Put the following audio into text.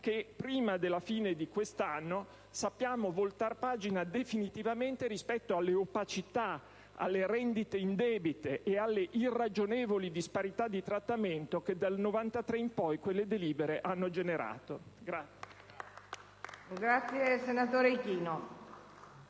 che prima della fine di quest'anno sappiamo voltare pagina definitivamente rispetto alle opacità, alle rendite indebite e alle irragionevoli disparità di trattamento che dal 1993 in poi quelle delibere hanno generato.